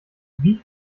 wie